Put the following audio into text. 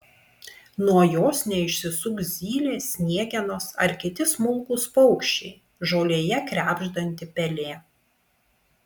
nuo jos neišsisuks zylės sniegenos ar kiti smulkūs paukščiai žolėje krebždanti pelė